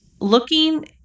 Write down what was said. looking